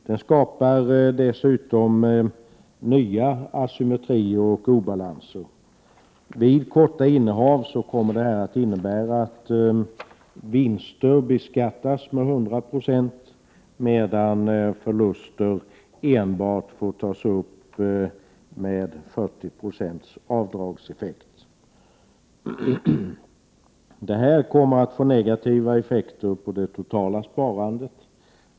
Den skapar dessutom nya asymmetrier och obalanser. Vid korta innehav kommer detta att innebära att vinster beskattas med 100 26, medan förluster enbart får tas upp med 40 96 avdragseffekt. Detta kommer att få negativa effekter på det totala sparandet.